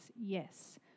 Yes